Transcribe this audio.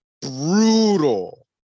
brutal